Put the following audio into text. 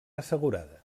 assegurada